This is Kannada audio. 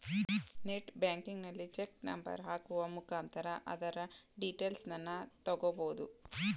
ನೆಟ್ ಬ್ಯಾಂಕಿಂಗಲ್ಲಿ ಚೆಕ್ ನಂಬರ್ ಹಾಕುವ ಮುಖಾಂತರ ಅದರ ಡೀಟೇಲ್ಸನ್ನ ತಗೊಬೋದು